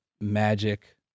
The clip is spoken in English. magic